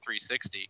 360